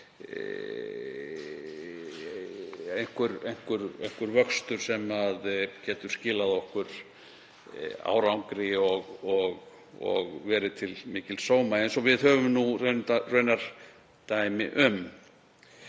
einhver vöxtur sem getur skilað okkur árangri og verið til mikils sóma, eins og við höfum raunar dæmi um.